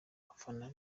abafana